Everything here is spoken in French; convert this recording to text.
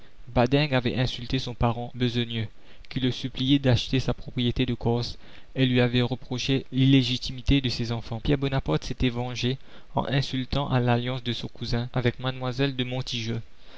badingue avait insulté son parent besogneux qui le suppliait d'acheter sa propriété de corse et lui avait reproché l'illégitimité de ses enfants la commune pierre bonaparte s'était vengé en insultant à l'alliance de son cousin avec mademoiselle de montijo